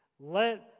Let